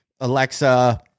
Alexa